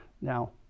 Now